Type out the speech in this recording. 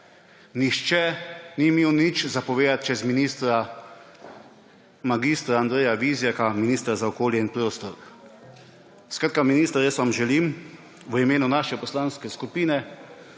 nihče ni imel nič povedati čez ministra, mag. Andreja Vizjaka, ministra za okolje in prostor. Skratka, minister, želim vam v imenu naše poslanske skupine,